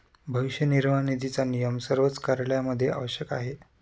भविष्य निर्वाह निधीचा नियम सर्वच कार्यालयांमध्ये आवश्यक आहे